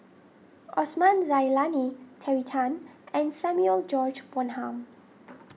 Osman Zailani Terry Tan and Samuel George Bonham